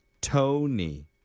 Tony